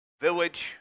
village